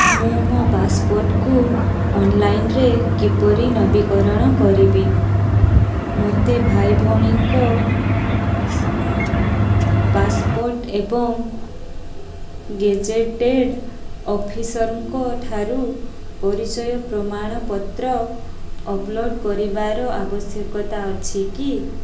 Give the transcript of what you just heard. ମୁଁ ମୋ ପାସପୋର୍ଟକୁ ଅନଲାଇନ୍ରେ କିପରି ନବୀକରଣ କରିବି ମୋତେ ଭାଇ ଭଉଣୀଙ୍କ ପାସପୋର୍ଟ ଏବଂ ଗେଜେଟେଡ଼୍ ଅଫିସର୍ଙ୍କ ଠାରୁ ପରିଚୟ ପ୍ରମାଣପତ୍ର ଅପଲୋଡ଼୍ କରିବାର ଆବଶ୍ୟକତା ଅଛି କି